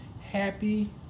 Happy